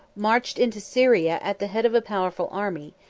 marched into syria at the head of a powerful army,